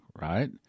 right